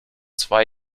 zwei